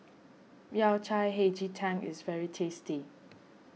Yao Cai Hei Ji Tang is very tasty